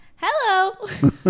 Hello